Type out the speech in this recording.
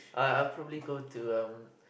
uh I will probably go to um